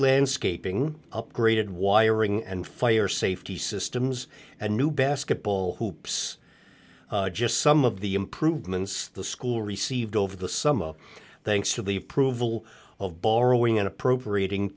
landscaping upgraded wiring and fire safety systems and new basketball hoops just some of the improvements the school received over the summer thanks to the approval of borrowing in appropriat